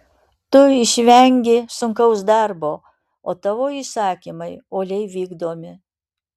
tu išvengi sunkaus darbo o tavo įsakymai uoliai vykdomi